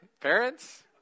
Parents